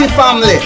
family